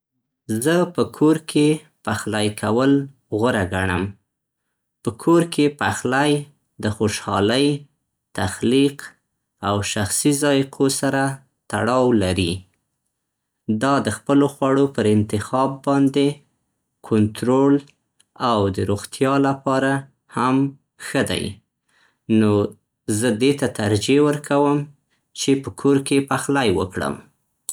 زه په کور کې پخلی کول غوره ګڼم. په کور کې پخلی د خوشحالۍ، تخلیق او شخصي ذايقو سره تړاو لري. دا د خپلو خوړو پر انتخاب باندې کنترول او د روغتیا لپاره هم ښه دی. نو زه دې ته ترجېح ورکوم چې په کور کې پخلی وکړم.